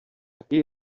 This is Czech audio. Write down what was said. taky